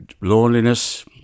loneliness